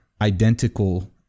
identical